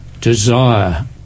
desire